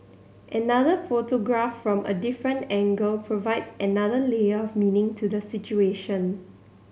another photograph from a different angle provides another layer of meaning to the situation